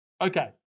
Okay